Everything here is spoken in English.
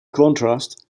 contrast